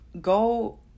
go